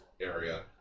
area